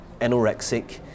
anorexic